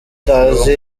utazi